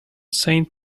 saint